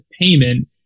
payment